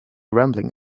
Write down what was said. rambling